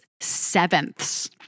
sevenths